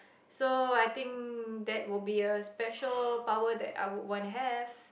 so I think that would be a special power that I would want to have